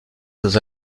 dans